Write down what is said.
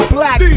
Black